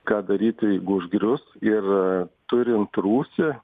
ką daryti jeigu užgrius ir turint rūsį